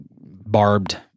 barbed